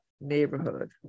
neighborhood